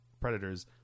Predators